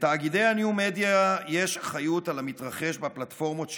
לתאגידי הניו מדיה יש אחריות על המתרחש בפלטפורמות שלהם,